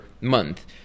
month